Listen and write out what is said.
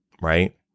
right